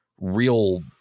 real